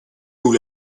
nous